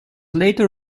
later